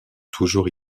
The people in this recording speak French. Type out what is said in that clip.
toujours